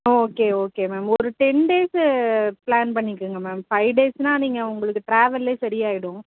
okay okay ma'am ஒரு ten days plan பண்ணிக்கங்க ma'am five டேஸுனா நீங்கள் உங்களுக்கு டிராவல்லையே சரி ஆகிடும்